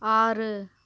ஆறு